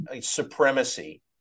supremacy